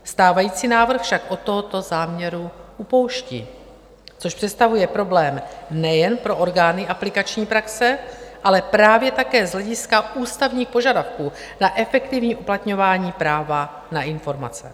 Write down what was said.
Stávající návrh však od tohoto záměru upouští, což představuje problém nejen pro orgány aplikační praxe, ale právě také z hlediska ústavních požadavků na efektivní uplatňování práva na informace.